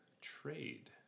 Trade